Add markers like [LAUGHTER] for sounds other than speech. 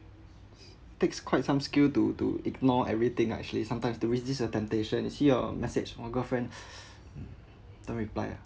takes quite some skill to to ignore everything nah actually sometimes to resist the temptation and see your message from a girlfriend [BREATH] mm don't reply ah